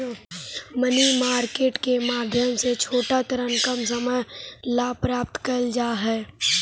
money market के माध्यम से छोटा ऋण कम समय ला प्राप्त कैल जा सकऽ हई